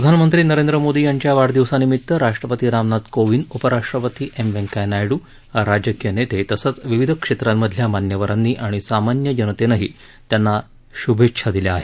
प्रधानमंत्री नरेंद्र मोदी यांच्या वाढदिवसानिमित्त राष्ट्रपती रामनाथ कोविंद उपराष्ट्रपती एम व्यंकय्या नायडू राजकीय नेते तसंच विविध क्षेत्रांमधल्या मान्यवरांनी आणि सामान्य जनतेनंही त्यांना शुभेच्छा दिल्या आहेत